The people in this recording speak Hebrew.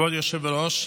כבוד היושב-ראש,